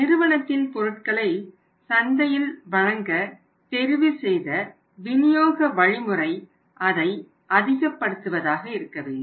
நிறுவனத்தின் பொருட்களை சந்தையில் வழங்க தெரிவுசெய்த விநியோக வழிமுறை அதை அதிகப்படுத்துவதாக இருக்கவேண்டும்